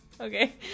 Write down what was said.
Okay